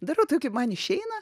darau taip kaip man išeina